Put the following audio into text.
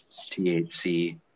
THC